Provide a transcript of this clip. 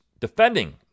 defending